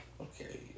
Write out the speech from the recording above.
Okay